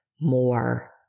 more